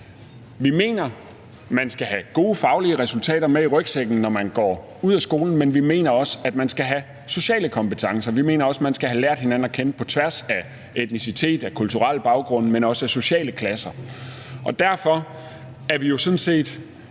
Vi mener, man skal have gode faglige resultater med i rygsækken, når man går ud af skolen, men vi mener også, at man skal have sociale kompetencer, og vi mener også, at vi skal have lært hinanden at kende på tværs af etnicitet og kulturelle baggrunde, men også sociale klasser. Derfor er vi jo sådan set